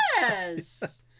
Yes